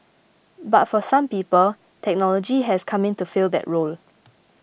but for some people technology has come in to fill that role